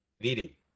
Vidi